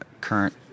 current